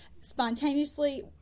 spontaneously